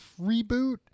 reboot